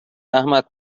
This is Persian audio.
احمد